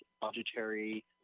budgetary